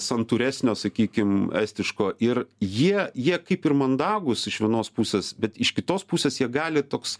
santūresnio sakykim estiško ir jie jie kaip ir mandagūs iš vienos pusės bet iš kitos pusės jie gali toks